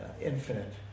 infinite